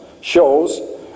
shows